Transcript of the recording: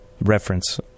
reference